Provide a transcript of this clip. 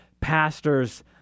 pastor's